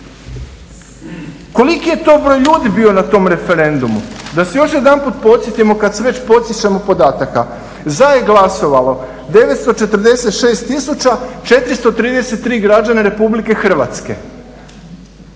Koliki je to broj ljudi bio na tom referendumu? Da se još jedanput podsjetimo, kad se već podsjećamo podataka za je glasovalo 946 433 građana Republike Hrvatske.